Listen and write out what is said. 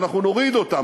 ואנחנו נוריד אותם,